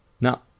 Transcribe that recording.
Now